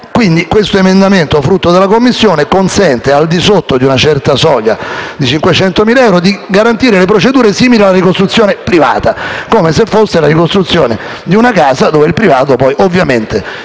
Questo emendamento frutto della Commissione consente, al di sotto di una certa soglia - 500.000 euro - di garantire procedure simili a quelle di una ricostruzione privata, come se fosse la ricostruzione di una casa per la quale il privato, ovviamente,